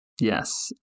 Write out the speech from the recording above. Yes